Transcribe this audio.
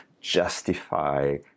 justify